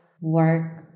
work